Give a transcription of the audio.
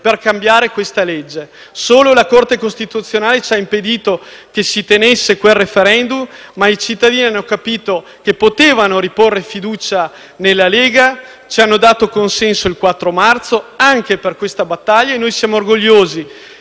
per cambiare questa legge. Solo la Corte costituzionale ci ha impedito che si tenesse quel *referendum*, ma i cittadini hanno capito che potevano riporre fiducia nella Lega e ci hanno dato consenso il 4 marzo anche per questa battaglia. Siamo orgogliosi